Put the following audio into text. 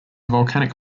volcanic